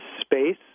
space